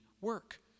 work